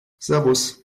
servus